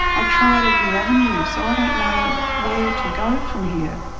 i've tried every avenue so i don't know where to go from here,